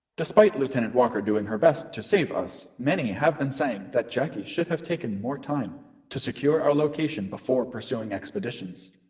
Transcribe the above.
despite lieutenant walker doing her best to save us, many have been saying that jacki should have taken more time to secure our location before pursuing expeditions.